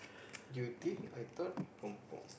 you think I thought confirm